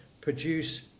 produce